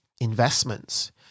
investments